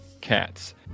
cats